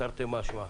תרתי משמע,